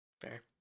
Fair